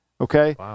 Okay